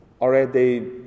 already